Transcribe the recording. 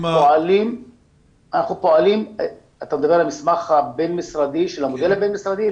אתה מדבר על המשרד הבין-משרדי של המודל הבין-משרדי?